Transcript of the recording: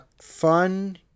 fun